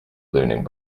learning